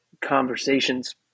conversations